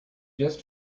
just